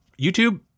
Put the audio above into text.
YouTube